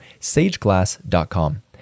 sageglass.com